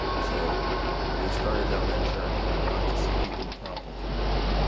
so we started down that journey. i wanted to see if he would be prompt and comeback.